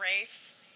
race